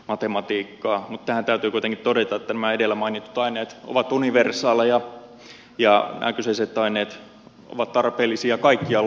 mutta tähän täytyy kuitenkin todeta että nämä edellä mainitut aineet ovat universaaleja ja nämä kyseiset aineet ovat tarpeellisia kaikkialla maailmassa